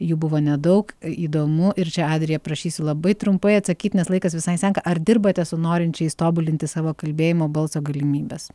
jų buvo nedaug įdomu ir čia adrija prašysiu labai trumpai atsakyt nes laikas visai senka ar dirbate su norinčiais tobulinti savo kalbėjimo balso galimybes